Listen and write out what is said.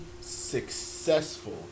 successful